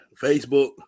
Facebook